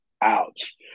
ouch